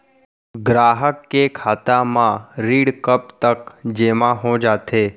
ग्राहक के खाता म ऋण कब तक जेमा हो जाथे?